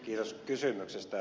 kiitos kysymyksestä